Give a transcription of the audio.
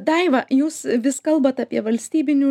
daiva jūs vis kalbat apie valstybiniu